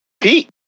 Pete